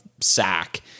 sack